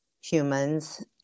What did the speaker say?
humans